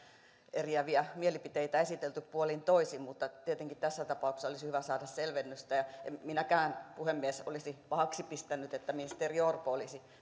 eriäviä mielipiteitä esitelty puolin ja toisin mutta tietenkin tässä tapauksessa olisi hyvä saada selvennystä en minäkään puhemies olisi pahaksi pistänyt että ministeri orpo olisi erityisesti